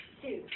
two